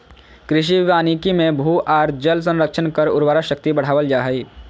कृषि वानिकी मे भू आर जल संरक्षण कर उर्वरा शक्ति बढ़ावल जा हई